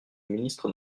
ministre